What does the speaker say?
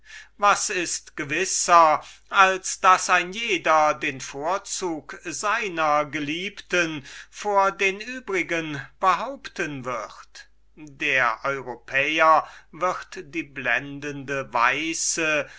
was ist gewisser als daß ein jeder den vorzug seiner geliebten vor den übrigen behaupten wird der europäer wird die blendende weiße